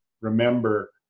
remember